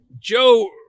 Joe